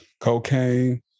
cocaine